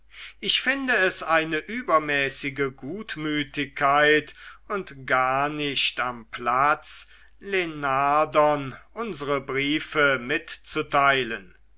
ich finde es eine übermäßige gutmütigkeit und gar nicht am platz lenardon unsere briefe mitzuteilen